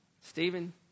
Stephen